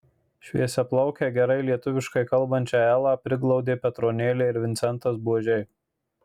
šviesiaplaukę gerai lietuviškai kalbančią elą priglaudė petronėlė ir vincentas buožiai